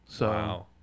Wow